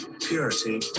purity